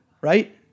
Right